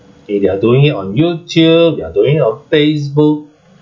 okay they're doing it on youtube they're doing it on facebook